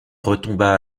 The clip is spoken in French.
retomba